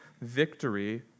victory